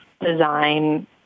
design